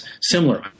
similar